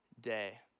day